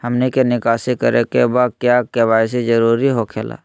हमनी के निकासी करे के बा क्या के.वाई.सी जरूरी हो खेला?